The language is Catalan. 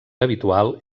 habitual